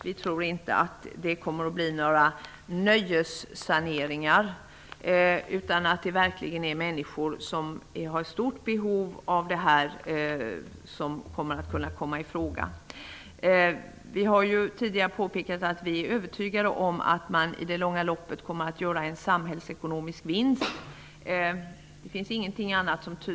Vi tror inte att det kommer att bli några nöjessaneringar. Det är människor som verkligen är i stort behov av en sanering som kan komma i fråga. Vi har tidigare påpekat att vi är övertygade om att man i det långa loppet kommer att göra en samhällsekonomisk vinst.